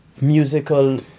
musical